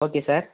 okay sir